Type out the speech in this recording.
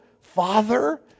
Father